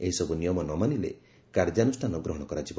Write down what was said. ଏହିସବୁ ନିୟମ ନ ମାନିଲେ କାର୍ଯ୍ୟାନୁଷ୍ଠାନ ଗ୍ରହଣ କରାଯିବ